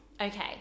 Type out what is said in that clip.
Okay